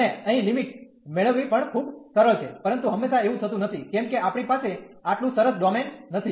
અને અહીં લિમિટ મેળવવી પણ ખૂબ સરળ છે પરંતુ હંમેશાં એવું થતું નથી કેમ કે આપણી પાસે આટલું સરસ ડોમેન નથી